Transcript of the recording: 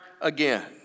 again